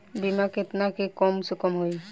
बीमा केतना के कम से कम होई?